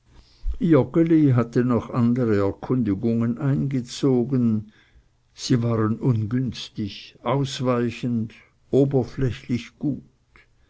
hatte noch andere erkundigungen eingezogen sie waren ungünstig ausweichend oberflächlich gut